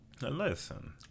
listen